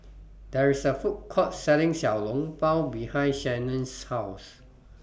There's A Food Court Selling Xiao Long Bao behind Shannen's House